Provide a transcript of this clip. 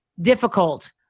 difficult